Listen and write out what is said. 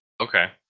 Okay